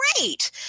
great